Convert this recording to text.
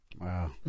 Wow